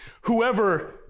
Whoever